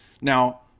Now